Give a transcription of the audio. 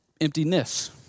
emptiness